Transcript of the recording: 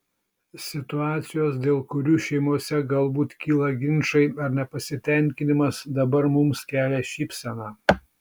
situacijos dėl kurių šeimose galbūt kyla ginčai ar nepasitenkinimas dabar mums kelia šypseną